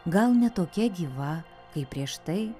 gal ne tokia gyva kaip prieš tai